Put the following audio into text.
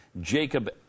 Jacob